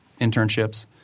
internships